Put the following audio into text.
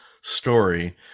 story